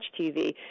TV